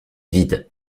vide